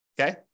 Okay